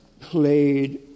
played